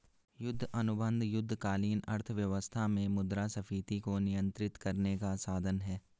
युद्ध अनुबंध युद्धकालीन अर्थव्यवस्था में मुद्रास्फीति को नियंत्रित करने का साधन हैं